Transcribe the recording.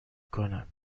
کنم